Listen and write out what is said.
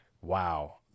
wow